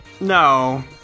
No